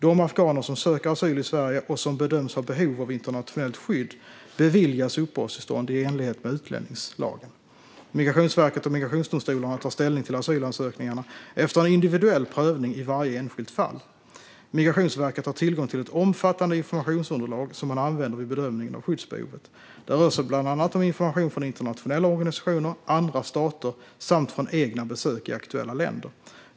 De afghaner som söker asyl i Sverige och som bedöms ha behov av internationellt skydd beviljas uppehållstillstånd i enlighet med utlänningslagen. Migrationsverket och migrationsdomstolarna tar ställning till asylansökningarna efter en individuell prövning i varje enskilt fall. Migrationsverket har tillgång till ett omfattande informationsunderlag som man använder vid bedömningen av skyddsbehovet. Det rör sig bland annat om information från internationella organisationer och andra stater samt från egna besök i aktuella länder.